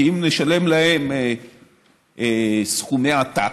כי אם נשלם להם סכומי עתק,